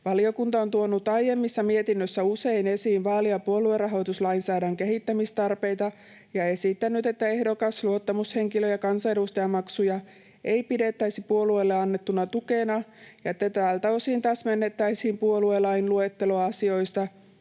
Valiokunta on tuonut aiemmissa mietinnöissä usein esiin vaali‑ ja puoluerahoituslainsäädännön kehittämistarpeita ja esittänyt, että ehdokas‑, luottamushenkilö‑ ja kansanedustajamaksuja ei pidettäisi puolueelle annettuna tukena ja että tältä osin täsmennettäisiin puoluelain luetteloa asioista,